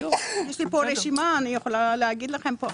יש לי פה רשימה, אני יכולה להגיד לכם.